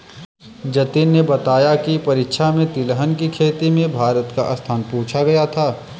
जतिन ने बताया की परीक्षा में तिलहन की खेती में भारत का स्थान पूछा गया था